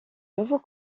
nouveaux